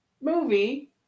movie